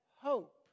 hope